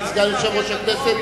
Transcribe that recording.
סגן יושב-ראש הכנסת,